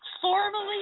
formally